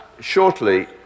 Shortly